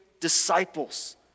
disciples